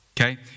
Okay